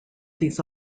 these